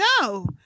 no